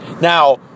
Now